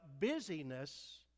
busyness